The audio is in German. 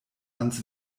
ans